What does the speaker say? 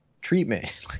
treatment